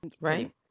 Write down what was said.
right